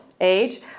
age